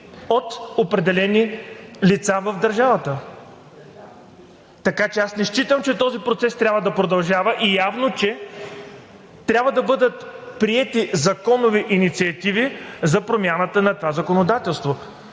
от определени лица в държавата?! Не считам, че този процес трябва да продължава. Явно, че трябва да бъдат приети законови инициативи за промяната на това законодателство,